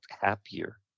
happier